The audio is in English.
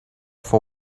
for